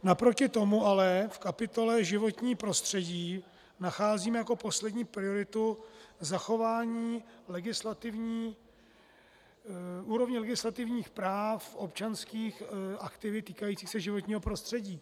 Naproti tomu ale v kapitole životní prostředí nacházím jako poslední prioritu zachování úrovně legislativních práv občanských aktivit týkajících se životního prostředí.